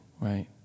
right